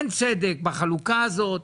אין צדק בחלוקה הזאת.